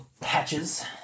patches